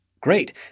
great